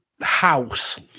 house